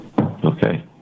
Okay